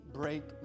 break